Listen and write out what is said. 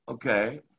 Okay